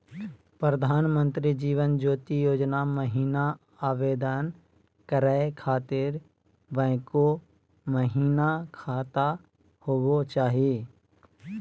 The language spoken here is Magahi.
प्रधानमंत्री जीवन ज्योति योजना महिना आवेदन करै खातिर बैंको महिना खाता होवे चाही?